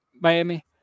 Miami